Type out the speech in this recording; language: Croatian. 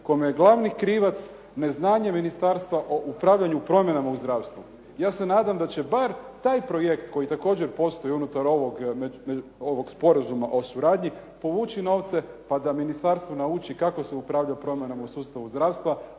kome je glavni krivac neznanje Ministarstva u pravdanju promjenama u zdravstvu. Ja se nadam da će bar taj projekt koji također postoji unutar ovog sporazuma o suradnji povući novce pa da ministarstvo nauči kako se upravlja promjenama u sustavu zdravstva